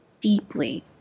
deeply